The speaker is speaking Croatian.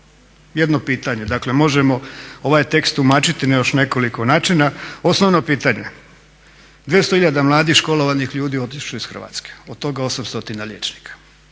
jedno pitanje, dakle možemo ovaj tekst tumačiti na još nekoliko načina, osnovno pitanje, 200 hiljada mladih školovanih ljudi otišlo iz Hrvatske, od toga 8 stotina liječnika.